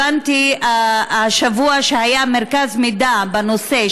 הבנתי השבוע שהיה מרכז מידע בנושא,